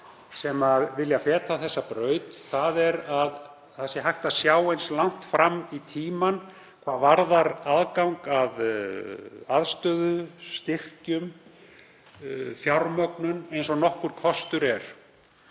sem vilja feta þessa braut er að hægt sé að sjá eins langt fram í tímann hvað varðar aðgang að aðstöðu, styrkjum og fjármögnun og nokkur kostur er.